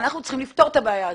אנחנו צריכים לפתור את הבעיה הזאת.